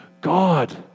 God